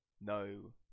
no